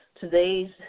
Today's